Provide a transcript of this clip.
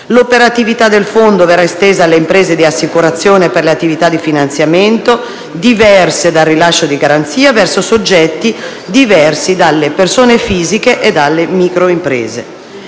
L'operatività del Fondo verrà estesa alle imprese di assicurazione per le attività di finanziamento, diverse dal rilascio di garanzia, verso soggetti diversi dalle persone fisiche e dalle microimprese.